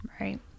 Right